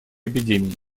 эпидемии